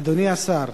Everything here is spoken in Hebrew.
אדוני השר,